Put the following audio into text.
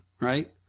right